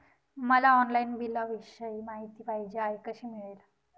मला ऑनलाईन बिलाविषयी माहिती पाहिजे आहे, कशी मिळेल?